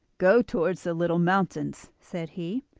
go towards the little mountains, said he,